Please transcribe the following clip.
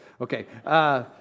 Okay